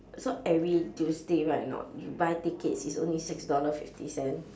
so every tuesday right not you buy tickets it's only six dollar fifty cent